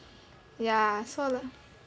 ya so like